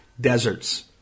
deserts